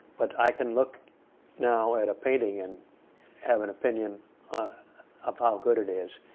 but i can look now at a painting and have an opinion ah of how good it is.